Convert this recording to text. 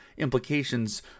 implications